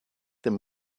them